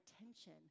attention